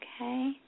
Okay